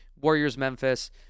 Warriors-Memphis